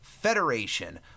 federation